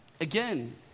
again